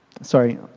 Sorry